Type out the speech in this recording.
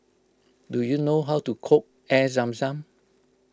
do you know how to cook Air Zam Zam